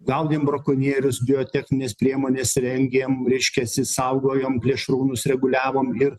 gaudėm brakonierius biotechnines priemones rengėm reiškiasi saugojom plėšrūnus reguliavom ir